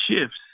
shifts